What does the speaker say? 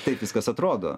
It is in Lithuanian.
taip viskas atrodo